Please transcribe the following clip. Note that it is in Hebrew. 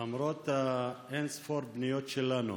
למרות אין-ספור פניות שלנו